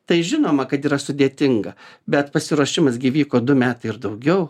tai žinoma kad yra sudėtinga bet pasiruošimas gi vyko du metai ir daugiau